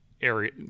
area